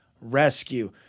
Rescue